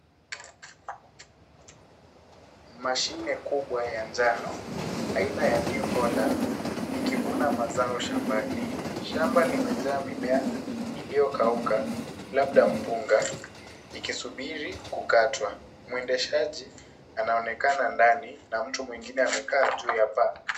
Mashine kubwa ya njano aina ya New Holland ikivuna mazao shambani. Shamba limejaa mimea iliyokauka, labda mpuga ikisubiri kukatwa. Mwendeshaji anaonekana ndani na mtu mwengine amekaa juu ya paa.